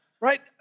Right